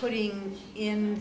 putting in